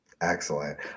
Excellent